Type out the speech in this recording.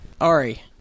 ari